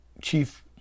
Chief